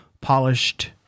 polished